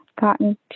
gotten